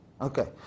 Okay